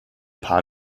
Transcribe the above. paar